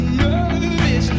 nervous